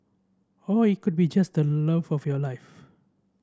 or it could be just the love of your life